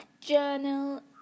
journal